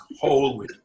Holy